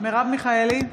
מרב מיכאלי,